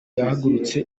yahagurutse